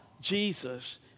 Jesus